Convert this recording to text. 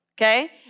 okay